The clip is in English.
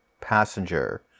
Passenger